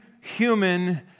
human